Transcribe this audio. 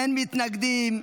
אין מתנגדים.